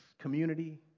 Community